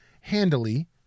handily